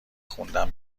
خوندن